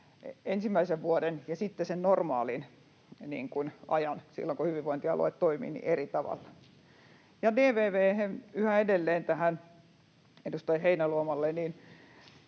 ensimmäinen vuosi ja sitten se normaali aika, silloin kun hyvinvointialue toimii, eri tavalla. Ja DVV:stä yhä edelleen edustaja Heinäluomalle: Kysyin